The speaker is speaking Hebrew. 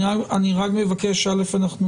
חודשים, איפה שמים אותו.